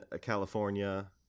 California